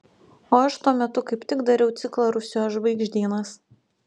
o aš tuo metu kaip tik dariau ciklą rusijos žvaigždynas